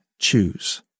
choose